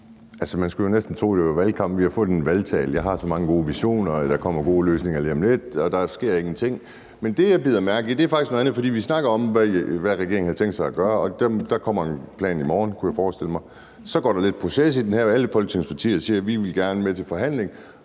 det. Man skulle jo næsten tro, at vi var i valgkamp. Vi har fået en valgtale: Man har så mange gode visioner, der kommer gode løsninger lige om lidt, og der sker ingenting. Men det, jeg bider mærke i, er faktisk noget andet, for vi snakker om, hvad regeringen har tænkt sig at gøre. Der kommer en plan i morgen, kunne jeg forestille mig. Så går der lidt proces i den. Alle Folketingets partier siger: Vi vil gerne med til forhandling.